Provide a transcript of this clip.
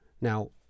Now